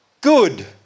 good